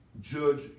judge